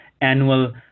annual